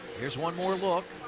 here's one more look.